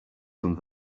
some